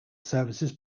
services